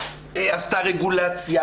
עשתה רגולציה,